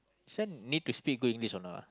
this one need to speak good English or not ah